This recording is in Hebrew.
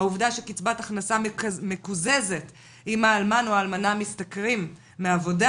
העובדה שקצבת הכנסה מקוזזת אם האלמן או האלמנה משתכרים מהעבודה,